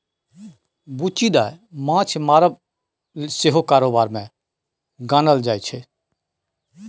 बुच्ची दाय माँछ मारब सेहो कारोबार मे गानल जाइ छै